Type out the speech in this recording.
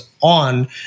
on